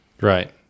Right